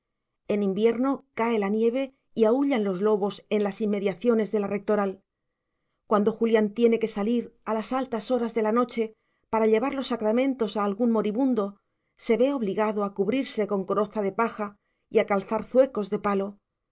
en invierno cae la nieve y aúllan los lobos en las inmediaciones de la rectoral cuando julián tiene que salir a las altas horas de la noche para llevar los sacramentos a algún moribundo se ve obligado a cubrirse con coroza de paja y a calzar zuecos de palo